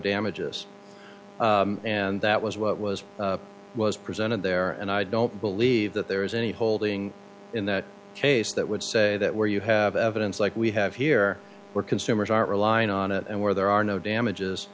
damages and that was what was was presented there and i don't believe that there is any holding in that case that would say that where you have evidence like we have here where consumers are relying on it and where there are no damages